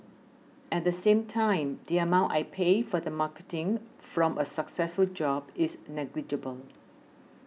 at the same time the amount I pay for the marketing from a successful job is negligible